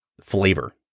flavor